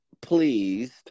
pleased